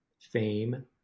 fame